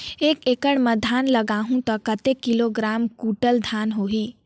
एक एकड़ मां धान लगाहु ता कतेक किलोग्राम कुंटल धान होही?